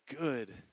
good